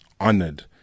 honored